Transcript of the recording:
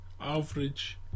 Average